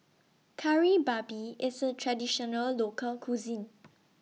Kari Babi IS A Traditional Local Cuisine